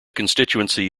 constituency